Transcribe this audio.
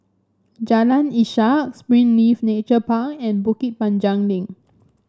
Jalan Ishak Springleaf Nature Park and Bukit Panjang Link